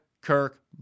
Kirk